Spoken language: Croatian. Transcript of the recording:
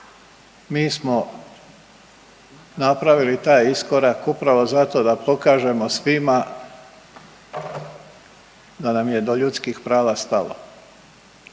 Mi smo napravili taj iskorak upravo zato da pokažemo svima da nam je do ljudskih prava stalo